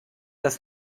das